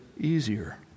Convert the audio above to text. easier